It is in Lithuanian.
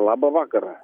labą vakarą